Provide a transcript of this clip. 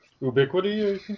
Ubiquity